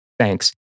Thanks